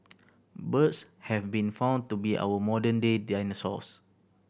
birds have been found to be our modern day dinosaurs